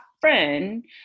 friend